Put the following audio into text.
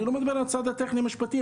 אני לא מדבר על הצד הטכני המשפטי,